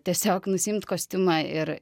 tiesiog nusiimt kostiumą ir